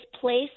place